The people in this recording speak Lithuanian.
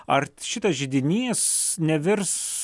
ar šitas židinys nevirs